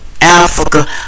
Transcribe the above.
Africa